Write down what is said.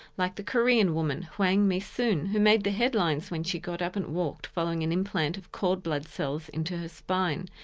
like the korean woman, hwang mi-soon who made the headlines when so got up and walked following an implant of cord blood cells into her spine.